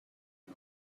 non